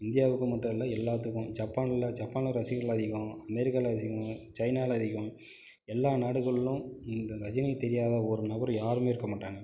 இந்தியாவுக்கு மட்டும் இல்லை எல்லாத்துக்கும் ஜப்பானில் ஜப்பானில் ரசிகர்கள் அதிகம் அமெரிக்காவில் அதிகம் சைனாவில் அதிகம் எல்லா நாடுகளிலும் இந்த ரஜினியை தெரியாத ஒரு நபர் யாரும் இருக்க மாட்டாங்க